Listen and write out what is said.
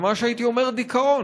ממש הייתי אומר דיכאון.